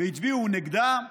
והצביעו נגדה,